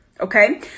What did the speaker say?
Okay